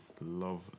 love